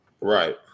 right